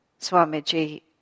Swamiji